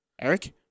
Eric